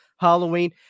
Halloween